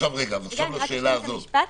אשלים את המשפט.